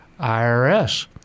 IRS